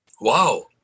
Wow